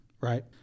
right